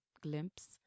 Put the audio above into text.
glimpse